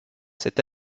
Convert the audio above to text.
cette